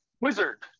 wizard